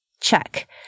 check